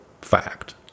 fact